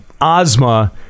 Ozma